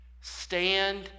Stand